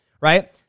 right